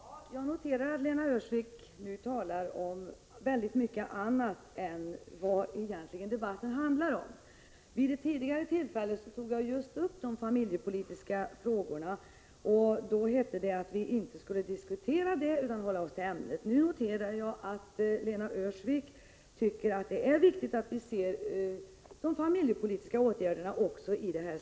Fru talman! Jag noterar att Lena Öhrsvik nu talar om mycket annat än vad debatten egentligen handlar om. Vid ett tidigare tillfälle tog jag upp just de familjepolitiska frågorna, men då hette det att vi inte skulle diskutera dessa utan hålla oss till ämnet. Nu noterar jag att Lena Öhrsvik tycker att det är viktigt att vi räknar med de familjepolitiska åtgärderna i detta sammanhang. Prot.